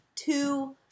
Two